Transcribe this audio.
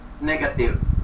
negative